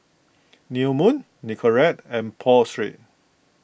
New Moon Nicorette and Pho Street